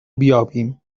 بیابیم